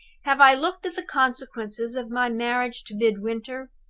have i looked at the consequences of my marriage to midwinter?